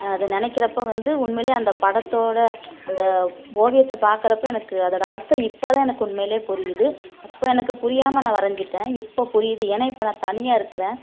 அதை நினைக்கிறப்ப வந்து உண்மையிலே அந்த படத்தோட அந்த ஓவியத்தை பார்க்குறப்ப எனக்கு அதோட அர்த்தம் இப்போ தான் எனக்கு உண்மையிலே புரியுது அப்போ எனக்கு புரியாமல் நான் வரைஞ்சிட்டேன் இப்போ புரியுது ஏன்னா இப்போ நான் தனியாக இருக்கிறேன்